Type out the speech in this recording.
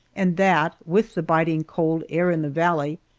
and that, with the biting cold air in the valley,